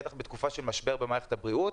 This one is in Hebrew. בטח בתקופה של משבר במערכת הבריאות.